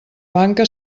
banca